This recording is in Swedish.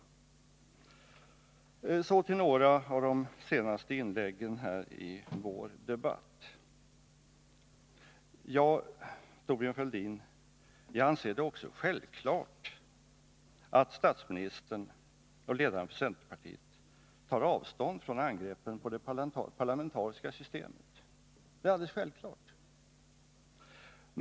Så till några av de senaste inläggen i vår debatt. Ja, Thorbjörn Fälldin, jag anser det också självklart att statsministern och ledaren för centerpartiet tar avstånd från angreppen på det parlamentariska systemet. Det är alldeles självklart!